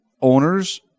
owners